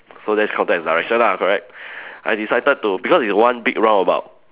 so that's counted as direction lah correct I decided to because it's one big roundabout